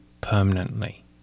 permanently